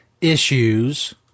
issues